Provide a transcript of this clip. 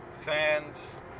fans